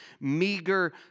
meager